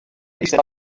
eistedd